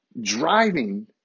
driving